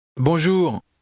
Bonjour